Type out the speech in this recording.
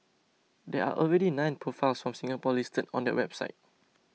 there are already nine profiles from Singapore listed on that website